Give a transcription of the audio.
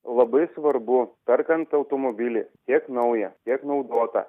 labai svarbu perkant automobilį tiek naują tiek naudotą